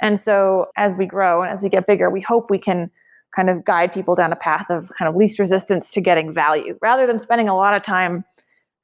and so as we grow and as we get bigger, we hope we can kind of guide people down a path of kind of least resistance to getting value, rather than spending a lot of time